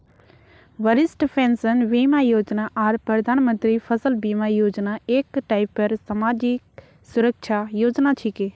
वरिष्ठ पेंशन बीमा योजना आर प्रधानमंत्री फसल बीमा योजना एक टाइपेर समाजी सुरक्षार योजना छिके